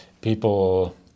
people